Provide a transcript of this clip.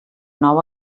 nou